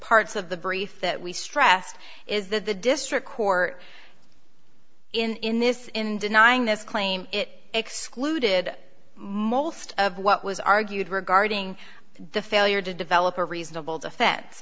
parts of the brief that we stressed is that the district court in this in denying this claim it excluded most of what was argued regarding the failure to develop a reasonable defen